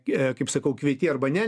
kaip sakau kvieti arba ne